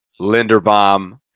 Linderbaum